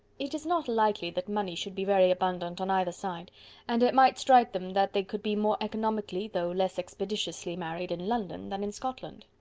it is not likely that money should be very abundant on either side and it might strike them that they could be more economically, though less expeditiously, married in london than in scotland.